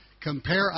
compare